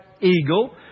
eagle